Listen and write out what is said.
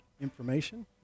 information